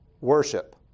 worship